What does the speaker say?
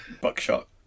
Buckshot